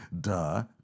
Duh